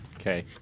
Okay